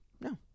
No